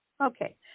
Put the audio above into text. Okay